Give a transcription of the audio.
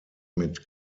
mit